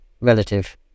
relative